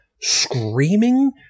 screaming